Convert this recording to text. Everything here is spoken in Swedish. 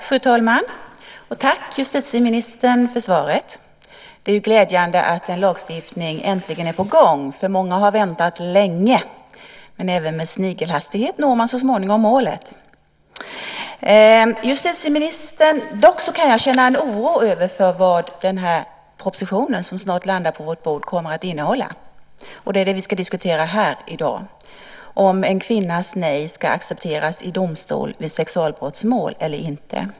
Fru talman! Tack, justitieministern, för svaret. Det är glädjande att en lagstiftning äntligen är på gång. Många har väntat länge, men även med snigelhastighet når man så småningom målet. Jag kan dock känna oro för vad propositionen, som snart hamnar på vårt bord, kommer att innehålla. Det är det vi ska diskutera här i dag, nämligen om en kvinnas nej ska accepteras i domstol vid sexualbrottsmål eller inte.